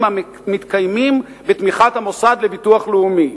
המתקיימים בתמיכת המוסד לביטוח לאומי,